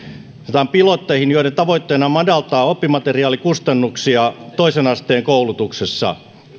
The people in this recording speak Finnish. laitetaan pilotteihin joiden tavoitteena on madaltaa oppimateriaalikustannuksia toisen asteen koulutuksessa